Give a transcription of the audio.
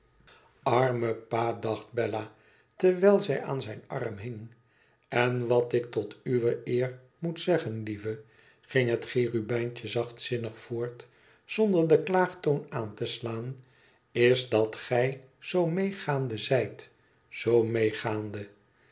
pa dacht bella terwijl zij aan zijn arm hing t en wat ik tot uwe eer moet zeggen lieve ging het cherubijntje zachtzinnig voort zonder den klaagtoon aan te slaan is dat gij zoo meegaande zijt zoo meegaande